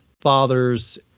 fathers